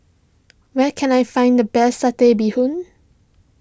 where can I find the best Satay Bee Hoon